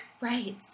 Right